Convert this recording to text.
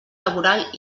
laboral